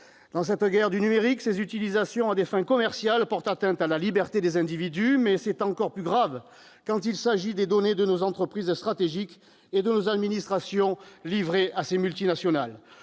Dans cette guerre du numérique, ces utilisations à des fins commerciales portent atteinte à la liberté des individus, mais c'est encore plus grave quand il s'agit des données de nos entreprises stratégiques ou de nos administrations, livrées à ces multinationales.